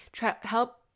help